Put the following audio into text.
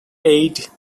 aide